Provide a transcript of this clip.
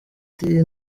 ati